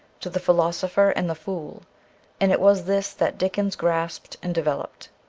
to the philosopher and the fool and it was this that dickens grasped and developed.